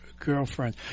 girlfriend